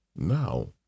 Now